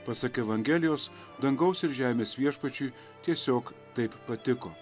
pasak evangelijos dangaus ir žemės viešpačiui tiesiog taip patiko